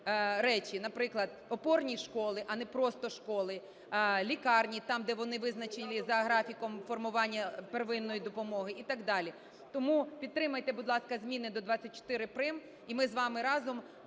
речі. Наприклад, опорні школи, а не просто школи, лікарні, там, де вони визначені за графіком формування первинної допомоги і так далі. Тому підтримайте, будь ласка, зміни до 24 прим., і ми з вами разом